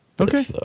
Okay